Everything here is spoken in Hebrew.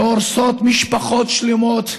והורסת משפחות שלמות,